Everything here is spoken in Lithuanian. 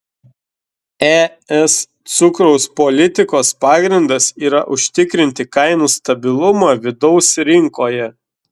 es cukraus politikos pagrindas yra užtikrinti kainų stabilumą vidaus rinkoje